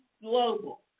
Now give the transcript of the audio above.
Global